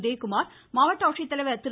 உதயக்குமார் மாவட்ட ஆட்சித்தலைவர் திரு